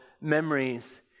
memories